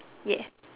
yeah